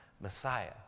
Messiah